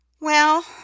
Well